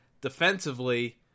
defensively